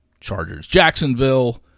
Chargers-Jacksonville